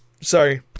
Sorry